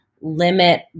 limit